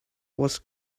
was